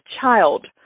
child